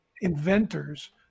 inventors